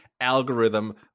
algorithm